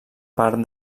part